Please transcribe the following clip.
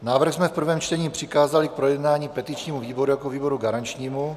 Návrh jsme v prvém čtení přikázali k projednání petičnímu výboru jako výboru garančnímu.